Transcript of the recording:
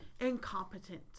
Incompetent